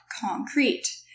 concrete